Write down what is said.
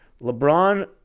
LeBron